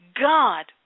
God